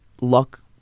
luck